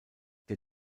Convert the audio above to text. der